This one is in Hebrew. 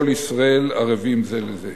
"כל ישראל ערבים זה לזה".